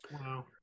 Wow